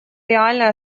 реальной